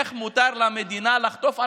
איך מותר למדינה לחטוף אנשים.